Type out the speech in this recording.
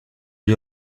you